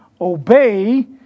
obey